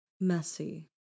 messy